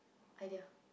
idea